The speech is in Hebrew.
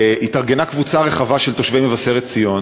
התארגנה קבוצה רחבה של תושבי מבשרת-ציון,